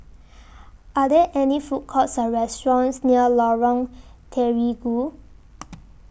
Are There any Food Courts Or restaurants near Lorong Terigu